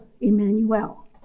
Emmanuel